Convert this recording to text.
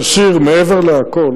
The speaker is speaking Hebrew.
אבל, שיר, מעבר לכל,